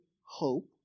hope